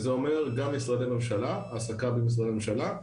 וזה אומר גם משרדי ממשלה, העסקה במשרדי ממשלה,